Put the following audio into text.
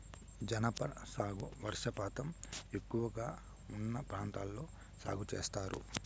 జనప సాగు వర్షపాతం ఎక్కువగా ఉన్న ప్రాంతాల్లో సాగు చేత్తారు